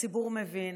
הציבור מבין,